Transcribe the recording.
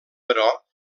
però